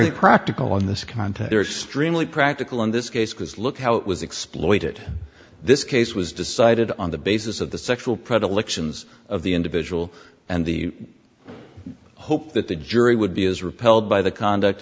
really practical in this context or streamlet practical in this case because look how it was exploited this case was decided on the basis of the sexual predilections of the individual and the hope that the jury would be as repelled by the conduct